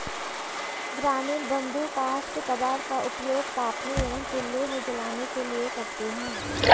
ग्रामीण बंधु काष्ठ कबाड़ का उपयोग तापने एवं चूल्हे में जलाने के लिए करते हैं